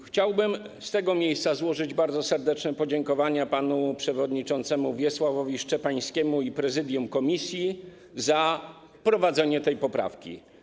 Chciałbym z tego miejsca złożyć bardzo serdeczne podziękowania panu przewodniczącemu Wiesławowi Szczepańskiemu i prezydium komisji za wprowadzenie tej poprawki.